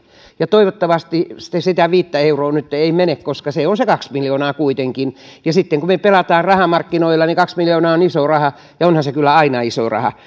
toivottavasti sitä viittä euroa nyt ei mene koska se on se kaksi miljoonaa kuitenkin ja sitten kun me pelaamme rahamarkkinoilla niin kaksi miljoonaa on iso raha ja onhan se kyllä aina iso raha